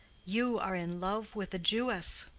you are in love with a jewess.